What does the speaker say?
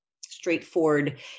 straightforward